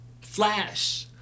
Flash